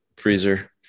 freezer